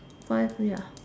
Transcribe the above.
five ya